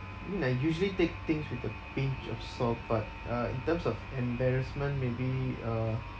I mean I usually take things with a pinch of salt but uh in terms of embarrassment maybe uh